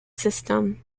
system